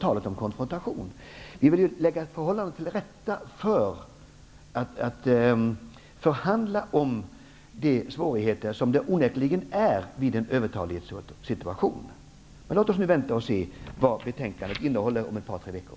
Vi vill lägga ett förhållande till rätta för förhandlingar om de svårigheter som det onekligen är vid en övertalighetssituation. Låt oss nu vänta och se vad betänkandet innehåller om ett par tre veckor!